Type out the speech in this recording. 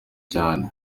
cyane